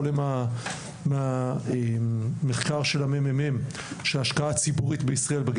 עולה מהמחקר של הממ"מ שההשקעה הציבורית בישראל,